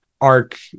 arc